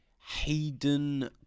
Hayden